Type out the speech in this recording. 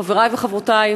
חברי וחברותי,